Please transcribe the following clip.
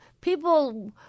People